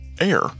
Air